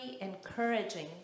encouraging